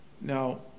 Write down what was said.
Now